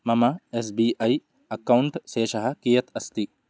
मम S B I account शेषं कियत् अस्ति